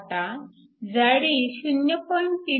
आता जाडी 0